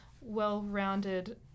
well-rounded